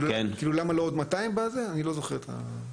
אני לא זוכר כבר.